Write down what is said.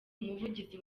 umuvugizi